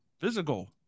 physical